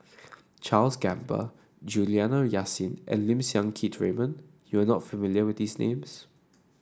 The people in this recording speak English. Charles Gamba Juliana Yasin and Lim Siang Keat Raymond you are not familiar with these names